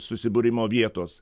susibūrimo vietos